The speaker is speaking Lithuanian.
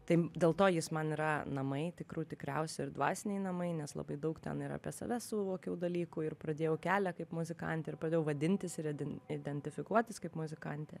taim dėl to jis man yra namai tikrų tikriausi ir dvasiniai namai nes labai daug ten ir apie save suvokiau dalykų ir pradėjau kelią kaip muzikantė ir pradėjau vadintis redin identifikuotis kaip muzikantė